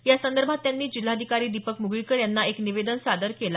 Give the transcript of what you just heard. यासंदर्भात त्यांनी जिल्हाधिकारी दीपक मुगळीकर यांना एक निवेदन सादर केलं